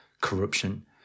corruption